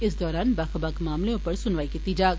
इस दौरान बक्ख बक्ख मामले उप्पर सुनवाई कीती जाग